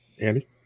Andy